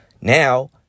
now